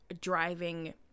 driving